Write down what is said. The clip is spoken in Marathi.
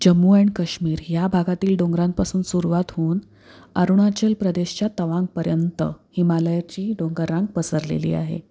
जम्मू अँड कश्मीर ह्या भागातील डोंगरांपासून सुरवात होऊन अरुणाचल प्रदेशच्या तवांगपर्यंत हिमालयाची डोंगररांग पसरलेली आहे